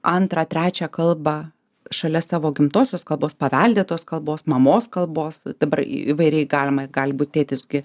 antrą trečią kalbą šalia savo gimtosios kalbos paveldėtos kalbos mamos kalbos dabar įvairiai galima gali būt tėtis gi